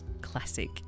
classic